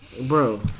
Bro